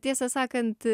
tiesą sakant